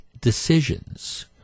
decisions